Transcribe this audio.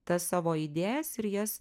tas savo idėjas ir jas